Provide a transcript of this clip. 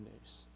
news